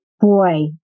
Boy